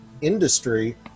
industry